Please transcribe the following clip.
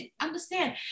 understand